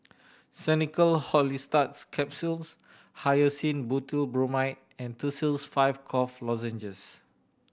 Xenical Orlistat Capsules Hyoscine Butylbromide and Tussils Five Cough Lozenges